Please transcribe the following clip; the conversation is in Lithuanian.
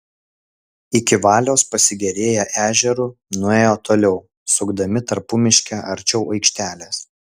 iki valios pasigėrėję ežeru nuėjo toliau sukdami tarpumiške arčiau aikštelės